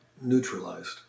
neutralized